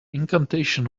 incantation